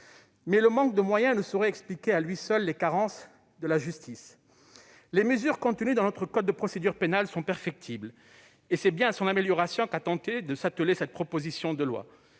Mais le manque de moyens ne saurait expliquer à lui seul les carences de la justice. Les mesures contenues dans notre code de procédure pénale sont perfectibles, et c'est bien à leur amélioration qu'a tenté de s'atteler cette proposition de loi.